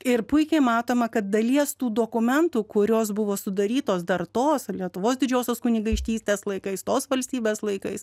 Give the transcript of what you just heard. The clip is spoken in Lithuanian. ir puikiai matoma kad dalies tų dokumentų kurios buvo sudarytos dar tos lietuvos didžiosios kunigaikštystės laikais tos valstybės laikais